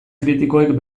kritikoek